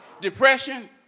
depression